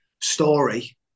story